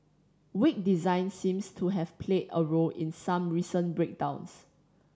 weak design seems to have played a role in some recent breakdowns